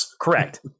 Correct